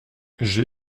j’ai